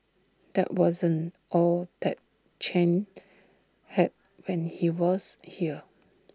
that wasn't all that Chen had when he was here